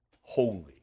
holy